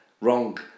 wrong